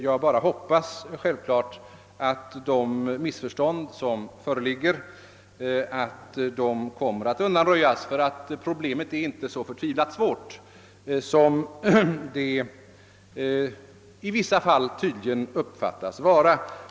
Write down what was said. Men jag hoppas givetvis att de missförstånd som föreligger kommer att undanröjas, ty problemet är inte så förtvivlat svårt som man tydligen på vissa håll anser det vara.